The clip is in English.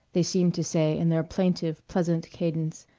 they seemed to say in their plaintive pleasant cadence,